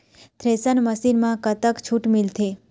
Thresher machine म कतक छूट मिलथे?